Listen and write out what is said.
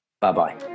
Bye-bye